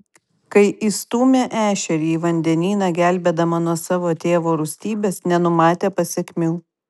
kai įstūmė ešerį į vandenyną gelbėdama nuo savo tėvo rūstybės nenumatė pasekmių